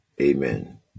amen